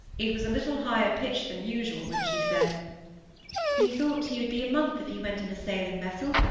it was a little higher pitched than usual, when she said we thought he would be a month if he went in a sailing-vessel,